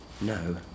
No